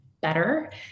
better